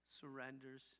surrenders